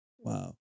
Wow